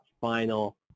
final